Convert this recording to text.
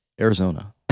Arizona